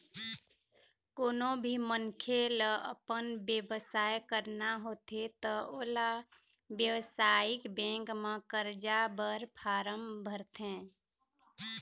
कोनो भी मनखे ल अपन बेवसाय करना होथे त ओला बेवसायिक बेंक म करजा बर फारम भरथे